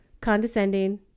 condescending